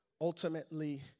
ultimately